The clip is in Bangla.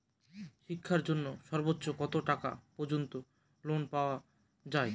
শিক্ষার জন্য সর্বোচ্চ কত টাকা পর্যন্ত লোন পাওয়া য়ায়?